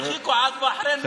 הרחיקו עד בחריין,